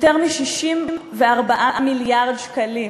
יותר מ-64 מיליארד שקלים,